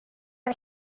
who